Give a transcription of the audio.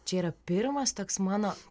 čia yra pirmas toks mano